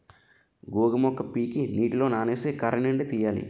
గోగు మొక్క పీకి నీటిలో నానేసి కర్రనుండి తీయాలి